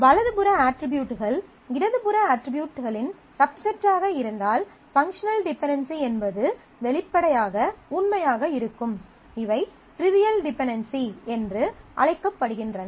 வலது புற அட்ரிபியூட்கள் இடது புற அட்ரிபியூட்களின் சப்செட்டாக இருந்தால் பங்க்ஷனல் டிபென்டென்சி என்பது வெளிப்படையாக உண்மையாக இருக்கும் இவை ட்ரிவியல் டிபெண்டண்சிகள் என்று அழைக்கப்படுகின்றன